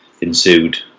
ensued